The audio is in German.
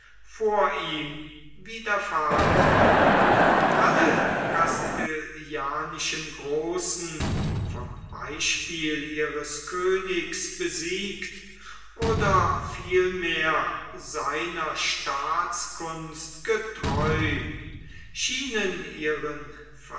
vor ihm widerfahren war alle castilianischen großen vom beispiel ihres königs besiegt oder vielmehr seiner staatskunst getreu schienen ihren